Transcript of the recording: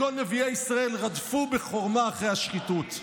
כל נביאי ישראל רדפו בחורמה אחרי השחיתות.